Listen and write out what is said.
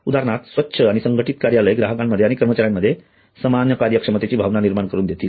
उदाहरणार्थ स्वच्छ आणि संघटित कार्यालय ग्राहकांमध्ये आणि कर्मचाऱ्यांमध्ये समान कार्यक्षमतेची भावना निर्माण करून देतील